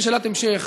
כשאלת המשך,